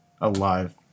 alive